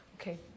Okay